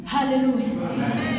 Hallelujah